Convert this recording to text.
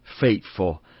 faithful